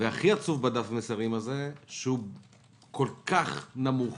והכי עצוב בדף המסרים הזה, שהוא כל כך נמוך